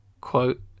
quote